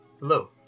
Hello